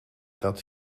dat